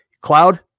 Cloud